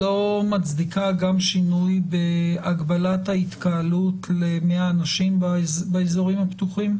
לא מצדיקה גם שינוי בהגבלת ההתקהלות ל-100 אנשים באזורים הפתוחים?